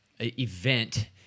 event